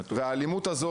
האלימות הזאת,